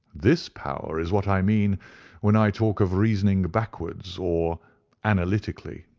this power is what i mean when i talk of reasoning backwards, or analytically.